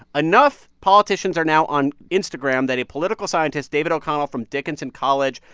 enough politicians are now on instagram that a political scientist, david o'connell from dickinson college,